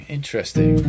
Interesting